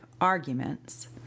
arguments